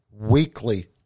weekly